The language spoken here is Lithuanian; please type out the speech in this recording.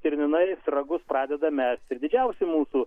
stirninais ragus pradeda mest ir didžiausi mūsų